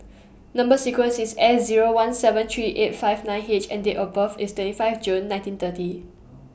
Number sequence IS S Zero one seven three eight five nine H and Date of birth IS twenty five June nineteen thirty